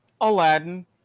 Aladdin